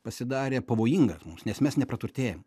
pasidarė pavojingas mums nes mes nepraturtėjam